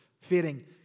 fitting